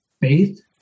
faith